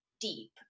deep